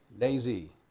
lazy